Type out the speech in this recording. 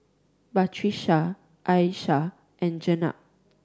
Patrisya Aishah and Jenab